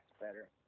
better